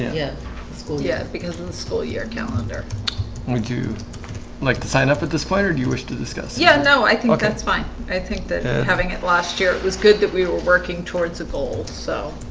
yeah yeah, because of the school year calendar would you like to sign up at this fire? do you wish to discuss? yeah no, i think that's fine. i think that having it last year. it was good that we were working towards the goals. so